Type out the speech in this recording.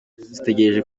zitegereje